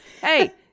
Hey